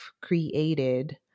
created